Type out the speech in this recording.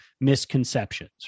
misconceptions